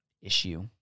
issue